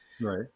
Right